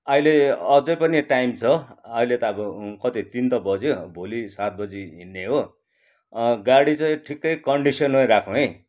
अहिले अझै पनि टाइम छ अहिले त अब कति तिन त बज्यो भोलि सात बजी हिँड्ने हो गाडी चाहिँ ठिक्कै कन्डिसमै राखौँ है